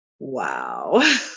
Wow